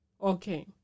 Okay